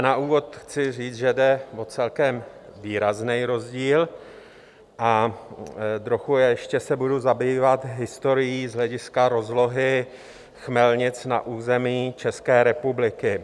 Na úvod chci říct, že jde o celkem výrazný rozdíl, a ještě trochu se budu zabývat historií z hlediska rozlohy chmelnic na území České republiky.